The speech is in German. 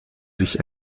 sich